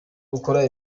gukora